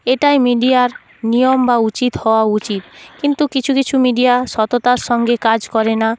এটাই মিডিয়ার নিয়ম বা উচিত হওয়া উচিত কিন্তু কিছু কিছু মিডিয়া সততার সঙ্গে কাজ করে না